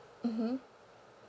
mmhmm